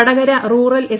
Vadakara rural S